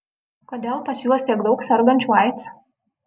kodėl pas juos tiek daug sergančių aids